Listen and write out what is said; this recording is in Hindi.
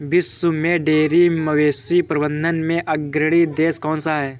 विश्व में डेयरी मवेशी प्रबंधन में अग्रणी देश कौन सा है?